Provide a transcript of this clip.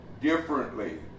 differently